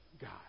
God